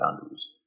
boundaries